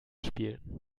spielen